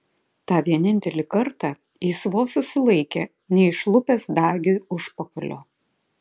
tą vienintelį kartą jis vos susilaikė neišlupęs dagiui užpakalio